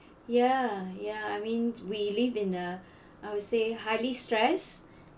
ya ya I mean we live in a I would say highly stressed